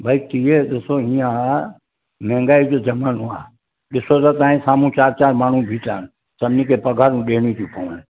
भाई टीह ॾिसो हीअं हा महांगाई जो ज़मानो आहे ॾिसो त तव्हांजे साम्हूं चारि चारि माण्हू बीठा आहिनि सभिनी खे पगारूं ॾियणी थियूं पवनि